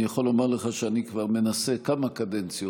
אני יכול לומר לך שאני מנסה כבר כמה קדנציות